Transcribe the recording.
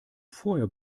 vorher